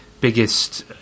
biggest